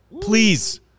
please